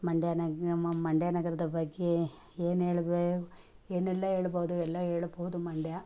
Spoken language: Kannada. ಮಂಡ್ಯ ನ್ ಮಂಡ್ಯ ನಗರದ ಬಗ್ಗೆ ಏನು ಹೇಳ್ಬೆ ಏನೆಲ್ಲ ಹೇಳ್ಬೋದು ಎಲ್ಲ ಹೇಳ್ಬೋದು ಮಂಡ್ಯ